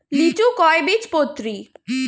লিচু কয় বীজপত্রী?